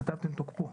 כתבתם תוקפו.